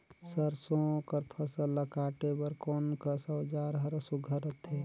सरसो कर फसल ला काटे बर कोन कस औजार हर सुघ्घर रथे?